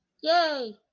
Yay